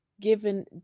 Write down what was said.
given